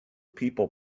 people